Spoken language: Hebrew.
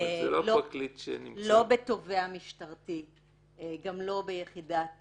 לא מדובר בתובע משטרתי וגם לא ביחידת